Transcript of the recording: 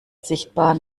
sichtbar